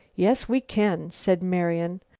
yes, we can, said marian.